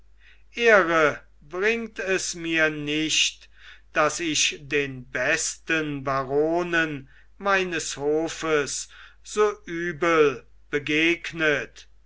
ehre bringt es mir nicht daß ich den besten baronen meines hofes so übel begegnet